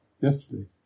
yesterday